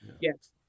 Yes